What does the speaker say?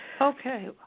Okay